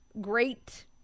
great